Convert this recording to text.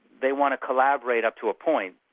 they want to collaborate up to a point,